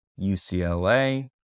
UCLA